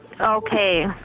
Okay